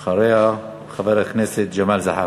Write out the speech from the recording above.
אחריה, חבר הכנסת ג'מאל זחאלקה.